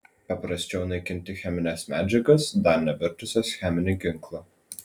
paprasčiau naikinti chemines medžiagas dar nevirtusias cheminiu ginklu